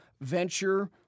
venture